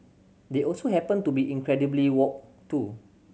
they also happen to be incredibly woke too